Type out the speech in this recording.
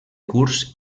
curs